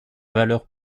valeur